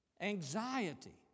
anxiety